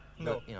No